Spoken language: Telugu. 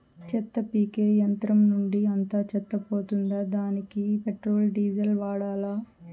చెత్త పీకే యంత్రం నుండి అంతా చెత్త పోతుందా? దానికీ పెట్రోల్, డీజిల్ వాడాలా?